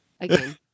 again